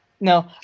No